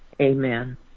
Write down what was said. amen